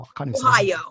Ohio